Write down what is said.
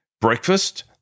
Breakfast